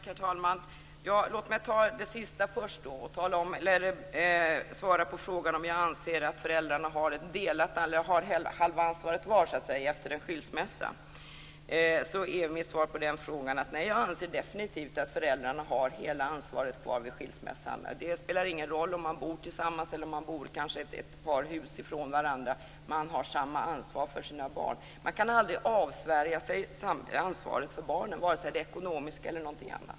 Herr talman! Låt mig ta upp det sista först och svara på frågan om jag anser att föräldrarna har halva ansvaret var efter en skilsmässa. Mitt svar är: Nej, jag anser definitivt att föräldrarna har hela ansvaret kvar vid en skilsmässa. Det spelar ingen roll om man bor tillsammans eller ett par hus ifrån varandra. Man har samma ansvar för sina barn. Man kan aldrig avsvära sig ansvaret för barnen vare sig när det gäller det ekonomiska eller något annat.